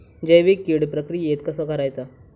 जैविक कीड प्रक्रियेक कसा करायचा?